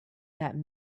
that